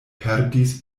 perdis